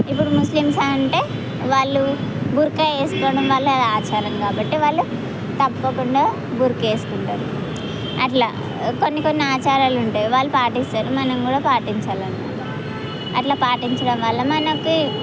ఇప్పుడు ముస్లిమ్స్ అంటే వాళ్ళు బురకా వేకోవడం వాళ్ళ ఆచారం కాబట్టి వాళ్ళు తప్పుకుండా బురకా వేసుకుంటారు అట్లా కొన్ని కొన్ని ఆచారాలు ఉంటాయి వాళ్ళు పాటిస్తారు మనం కూడా పాటించాలి అన్నమాట అట్లా పాటించడం వల్ల మనకి